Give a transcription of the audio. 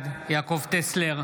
בעד יעקב טסלר,